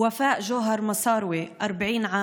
ופא ג'והר מסארווה, 40,